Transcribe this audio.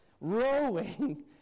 rowing